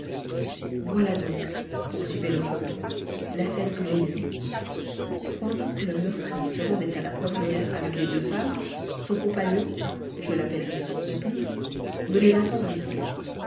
voici donc poursuivait lecoq la scène que j'ai lue pendant que le meurtrier se rendait à la poivrière avec les deux femmes son compagnon je l'appellerai son complice venait l'attendre ici